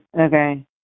Okay